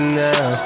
now